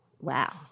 Wow